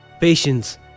patience